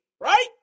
right